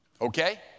Okay